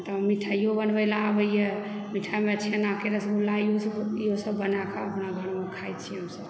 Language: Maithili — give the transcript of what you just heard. तऽ मिठाइओ बनबै लेल आबैए मिठाइमे छेनाके रसगुल्ला इहोसभ इहोसभ बनाए कऽ अपना घरमे खाइत छी हमसभ